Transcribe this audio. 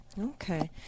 Okay